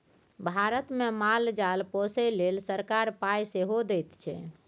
भारतमे माल जाल पोसय लेल सरकार पाय सेहो दैत छै